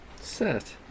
Set